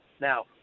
Now